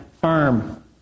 firm